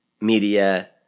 media